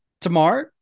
Tomorrow